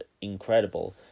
incredible